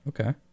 Okay